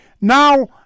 Now